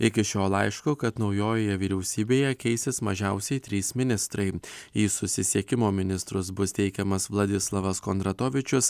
iki šio laiško kad naujojoje vyriausybėje keisis mažiausiai trys ministrai į susisiekimo ministrus bus teikiamas vladislavas kondratovičius